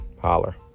Holler